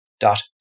dot